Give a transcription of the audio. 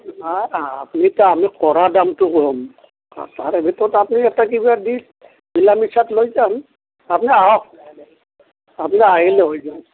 নাই নাই আমিতো কৰা দামটো কম অঁ তাৰ ভিতৰত আপুনি এটা কিবা দি মিলা মিছাত লৈ যাম আপুনি আহক আপুনি আহিলে হৈ যাব